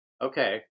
okay